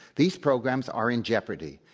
these programs are in jeopardy.